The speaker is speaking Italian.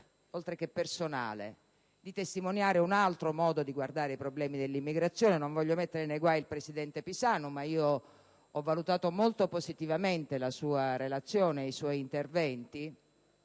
oltre che personale, di testimoniare un altro modo di guardare i problemi dell'immigrazione. Non voglio mettere nei guai il presidente Pisanu (ho valutato molto positivamente la sua relazione e i suoi interventi